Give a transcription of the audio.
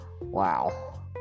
Wow